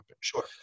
Sure